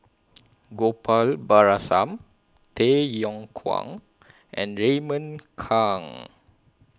Gopal Baratham Tay Yong Kwang and Raymond Kang